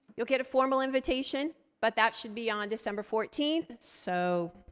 you'll get a formal invitation, but that should be on december fourteenth. so